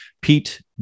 Pete